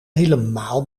helemaal